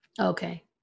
Okay